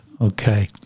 Okay